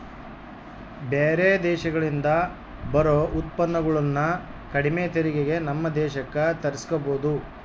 ಬೇರೆ ದೇಶಗಳಿಂದ ಬರೊ ಉತ್ಪನ್ನಗುಳನ್ನ ಕಡಿಮೆ ತೆರಿಗೆಗೆ ನಮ್ಮ ದೇಶಕ್ಕ ತರ್ಸಿಕಬೊದು